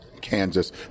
Kansas